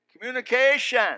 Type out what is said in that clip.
communication